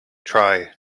try